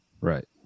right